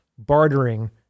bartering